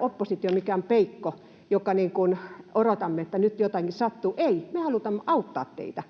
oppositio olla mikään peikko, joka odottaa, että nyt jotakin sattuu. Ei, me halutaan auttaa teitä.